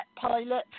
pilot